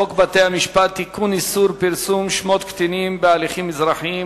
הצעת חוק בתי-המשפט (תיקון איסור פרסום שמות קטינים בהליכים אזרחיים),